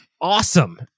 awesome